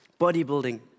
Bodybuilding